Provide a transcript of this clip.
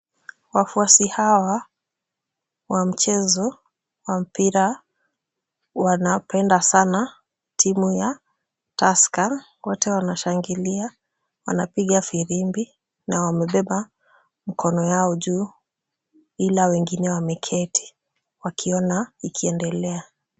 Wafuasi hawa wa mchezo wa mpira wanapenda sana timu ya Tusker. Wote wanashangilia, wanapiga firimbi na wamebeba mkono yao juu ila wengine wameketi wakiona ikiendelea.